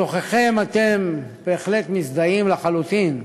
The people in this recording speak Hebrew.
שבתוככם אתם בהחלט מזדהים, לחלוטין,